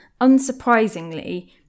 unsurprisingly